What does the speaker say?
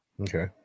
Okay